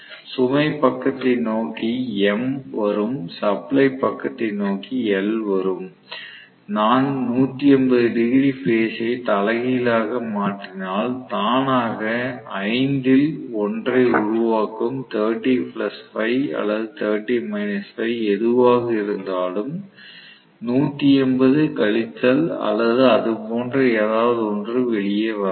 சுமை பக்கத்தை நோக்கி M வரும் சப்ளை பக்கத்தை நோக்கி L வரும் நான் 180 டிகிரி பேஸ் ஐ தலைகீழாக மாற்றினால் தானாக 5 இல் 1 ஐ உருவாக்கும் அல்லது எதுவாக இருந்தாலும் 180 கழித்தல் அல்லது அது போன்ற ஏதாவது ஒன்று வெளியே வரலாம்